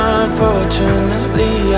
unfortunately